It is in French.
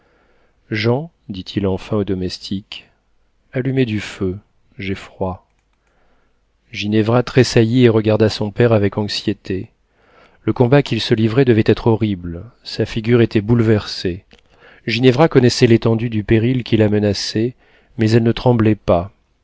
dit-il enfin au domestique allumez du feu j'ai froid ginevra tressaillit et regarda son père avec anxiété le combat qu'il se livrait devait être horrible sa figure était bouleversée ginevra connaissait l'étendue du péril qui la menaçait mais elle ne tremblait pas